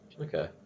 Okay